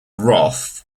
roth